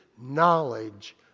knowledge